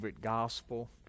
gospel